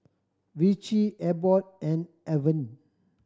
Vichy Abbott and Avene